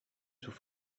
sous